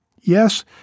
Yes